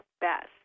best